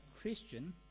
Christian